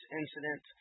incident